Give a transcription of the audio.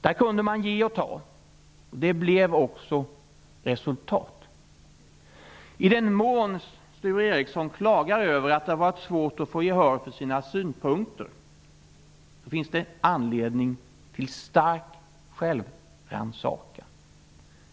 Då kunde man ge och ta. Det blev också resultat. I den mån Sture Ericson klagar över att det har varit svårt att få gehör för sina synpunkter, finns det anledning till stark självrannsakan.